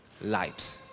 light